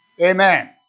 Amen